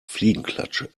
fliegenklatsche